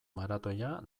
maratoia